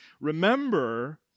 Remember